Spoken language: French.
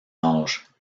âge